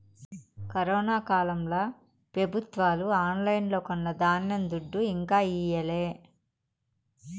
corona కాలంల పెబుత్వాలు ఆన్లైన్లో కొన్న ధాన్యం దుడ్డు ఇంకా ఈయలే